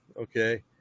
okay